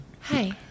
Hi